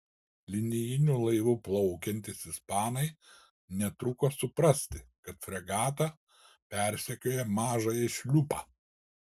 linijiniu laivu plaukiantys ispanai netruko suprasti kad fregata persekioja mažąjį šliupą